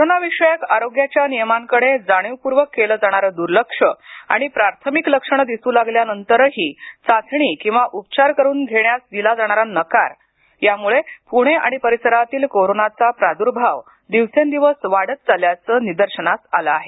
कोरोनाविषयक आरोग्याच्या नियमांकडं जाणीवपूर्वक केलं जाणारं दुर्लक्ष आणि प्राथमिक लक्षण दिसू लागल्यानंतरही चाचणी किंवा उपचार करून घेण्यास दिला जाणारा नकार यामुळं प्णे आणि परिसरातील कोरोनाचा प्रादर्भाव दिवसेंदिवस वाढत चालल्याचं निदर्शनास आलं आहे